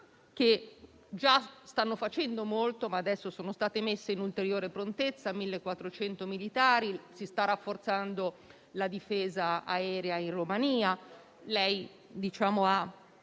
che già stanno facendo molto e adesso sono state messe in ulteriore prontezza; 1.400 militari, con il rafforzamento della difesa aerea in Romania. Lei ha